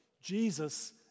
Jesus